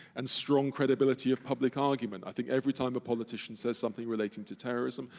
and strong credibility of public argument. i think every time a politician says something relating to terrorism,